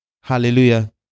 Hallelujah